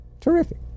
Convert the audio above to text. Terrific